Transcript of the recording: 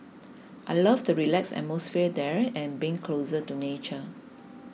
I love the relaxed atmosphere there and being closer to nature